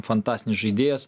fantastinis žaidėjas